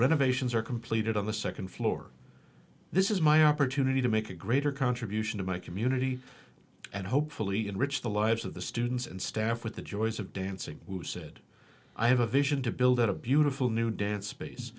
renovations are completed on the second floor this is my opportunity to make a greater contribution to my community and hopefully enrich the lives of the students and staff with the joys of dancing who said i have a vision to build a beautiful new dance space